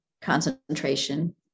concentration